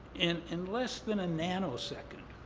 in in less than a nanosecond,